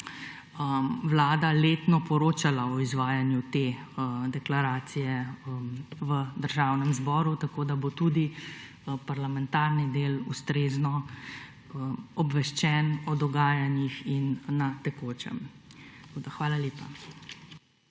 Vlada letno poročala o izvajanju te deklaracije v Državnem zboru, tako da bo tudi parlamentarni del ustrezno obveščen o dogajanjih in na tekočem. Hvala lepa.